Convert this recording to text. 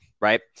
right